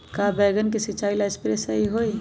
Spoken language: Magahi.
का बैगन के सिचाई ला सप्रे सही होई?